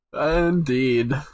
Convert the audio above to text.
Indeed